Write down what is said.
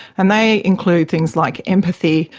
and they include things like empathy,